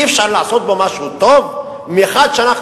אי-אפשר לעשות בו משהו טוב במיוחד כשאנחנו